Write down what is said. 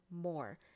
more